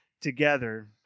together